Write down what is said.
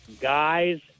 guys